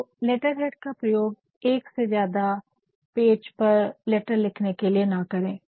तो लेटरहेड का प्रयोग एक से ज़यादा पेज का लेटर लिखने के लिए न करे